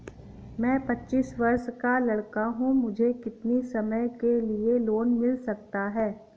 मैं पच्चीस वर्ष का लड़का हूँ मुझे कितनी समय के लिए लोन मिल सकता है?